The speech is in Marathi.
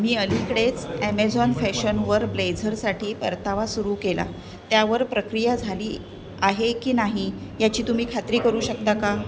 मी अलीकडेच ॲमेझॉन फॅशनवर ब्लेझरसाठी परतावा सुरू केला त्यावर प्रक्रिया झाली आहे की नाही याची तुम्ही खात्री करू शकता का